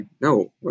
no